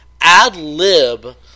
ad-lib